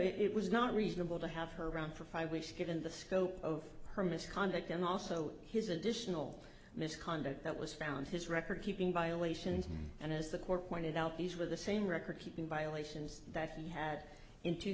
know it was not reasonable to have her around for five weeks given the scope of her misconduct and also his additional misconduct that was found his record keeping violations and as the court pointed out these were the same recordkeeping violations that he had in two